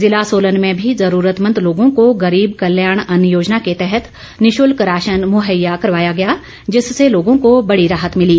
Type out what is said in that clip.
जिला सोलन में भी ज़रूरतमंद लोगो को गरीब कल्याण अन्न योजना के तहत निःशुल्क राशन मुहैया करवाया गया जिससे लोगों को बड़ी राहत मिली